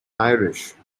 irish